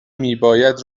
میباید